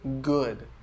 good